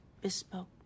bespoke